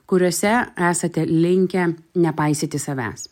kuriose esate linkę nepaisyti savęs